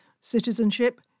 citizenship